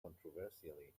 controversially